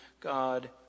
God